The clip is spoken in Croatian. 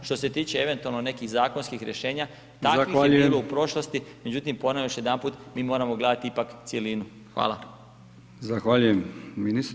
Što se tiče eventualno nekih zakonskih rješenja, takvih [[Upadica: Zahvaljujem]] je bilo u prošlosti, međutim ponavljam još jedanput, mi moramo gledati ipak cjelinu.